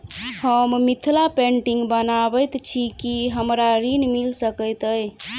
हम मिथिला पेंटिग बनाबैत छी की हमरा ऋण मिल सकैत अई?